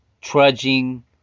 Trudging